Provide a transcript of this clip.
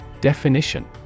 Definition